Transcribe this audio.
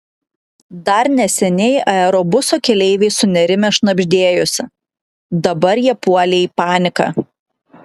dar neseniai aerobuso keleiviai sunerimę šnabždėjosi dabar jie puolė į paniką